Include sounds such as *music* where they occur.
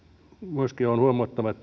myöskin on huomattava *unintelligible*